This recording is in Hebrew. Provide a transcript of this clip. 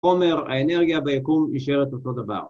‫כומר, האנרגיה ביקום ‫נשארת אותו דבר.